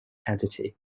entity